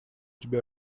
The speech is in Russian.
тебя